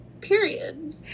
period